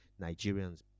Nigerians